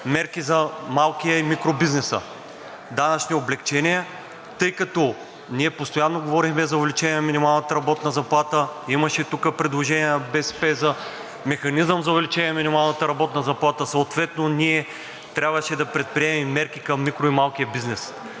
мерки за малкия и микробизнеса, данъчни облекчения, тъй като ние постоянно говорихме за увеличение на минималната работна заплата, имаше тук предложение на БСП за механизъм за увеличение на минималната работна заплата, съответно ние трябваше да предприемем мерки към микро- и малкия бизнес.